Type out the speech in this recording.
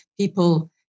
people